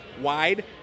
wide